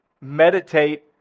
meditate